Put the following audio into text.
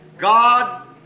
God